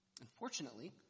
Unfortunately